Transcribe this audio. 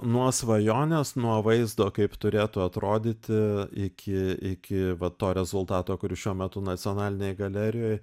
nuo svajonės nuo vaizdo kaip turėtų atrodyti iki iki va to rezultato kuris šiuo metu nacionalinėje galerijoj